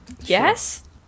Yes